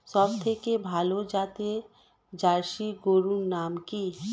সবথেকে ভালো জাতের জার্সি গরুর নাম কি?